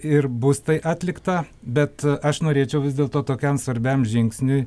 ir bus tai atlikta bet aš norėčiau vis dėlto tokiam svarbiam žingsniui